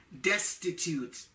destitute